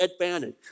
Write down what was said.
advantage